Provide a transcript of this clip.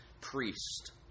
priest